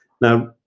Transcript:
Now